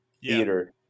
theater